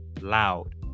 loud